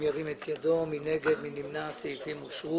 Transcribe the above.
סף דיווח.